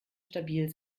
stabil